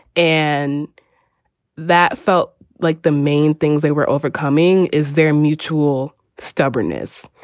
and that felt like the main things they were overcoming is their mutual stubbornness.